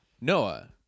Noah